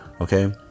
okay